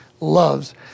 loves